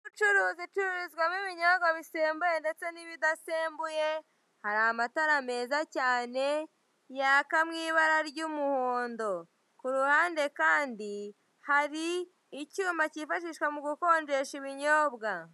..bucuruzi icururizwamo ibinyobwa bisembuye ndetse n'ibidasembuye, hari amatara meza cyane yaka mu ibara ry'umuhondo, kuruhande kandi hari icyuma cyifashishwa mu gukonjesha ibinyobwa.